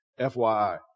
FYI